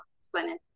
explain